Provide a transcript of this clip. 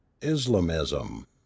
islamism